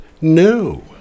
No